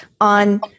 on